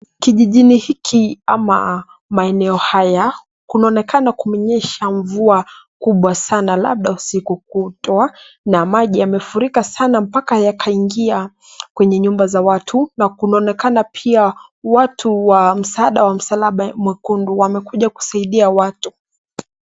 Kijijini hiki ama maeneo haya kunaonekana kumenyesha mvua kubwa sana labda usiku kutwa na maji yamefurika sana mpaka yakaingia kwenye nyumba za watu na kunaonekana pia watu wa msaada wa msalaba mwekundu wamekuja kusaidia watu.